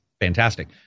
fantastic